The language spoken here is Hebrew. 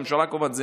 זו הממשלה קובעת,